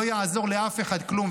לא יעזור לאף אחד כלום,